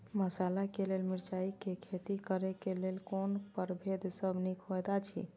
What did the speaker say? मसाला के लेल मिरचाई के खेती करे क लेल कोन परभेद सब निक होयत अछि?